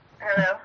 Hello